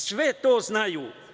Sve to znaju.